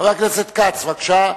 חבר הכנסת כץ, בבקשה.